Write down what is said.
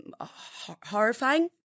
horrifying